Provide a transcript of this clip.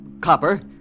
copper